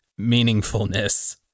meaningfulness